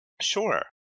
Sure